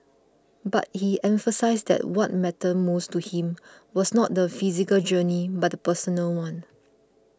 but he emphasised that what mattered most to him was not the physical journey but the personal one